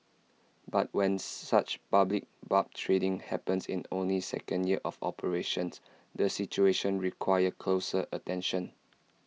but when such public barb trading happens in only second year of operations the situation requires closer attention